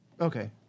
Okay